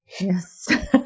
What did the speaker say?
yes